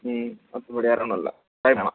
ம் மற்றபடி வேற ஒன்றும் இல்லை பயம் வேணாம்